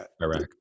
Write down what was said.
Iraq